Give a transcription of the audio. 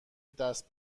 دست